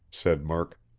said murk.